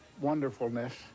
wonderfulness